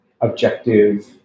objective